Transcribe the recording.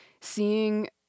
seeing